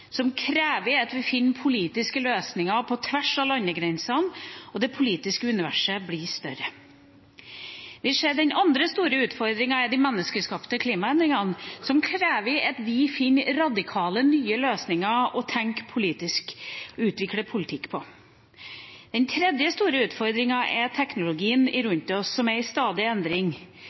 som krever at vi finner politiske løsninger på tvers av landegrensene, og det politiske universet blir større. Den andre store utfordringen er de menneskeskapte klimaendringene, som krever at vi finner radikale nye løsninger for å utvikle politikk. Den tredje store utfordringen er teknologien rundt oss, som er i stadig endring,